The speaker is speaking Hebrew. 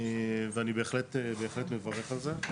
ואני בהחלט מברך על זה.